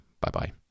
Bye-bye